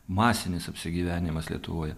masinis apsigyvenimas lietuvoje